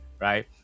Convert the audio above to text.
right